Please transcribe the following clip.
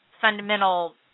fundamental